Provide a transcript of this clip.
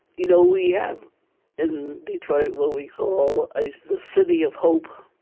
you know, we have in detroit, what we call ah the city of hope.